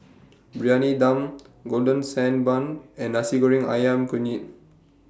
Briyani Dum Golden Sand Bun and Nasi Goreng Ayam Kunyit